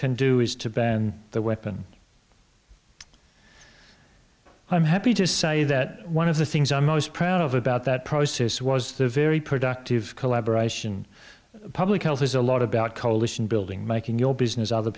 can do is to ban the weapon i'm happy to say that one of the things i'm most proud of about that process was the very productive collaboration public health is a lot about coalition building making your business other